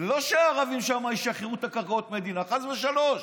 לא שהערבים שם ישחררו את קרקעות המדינה, חס ושלוש,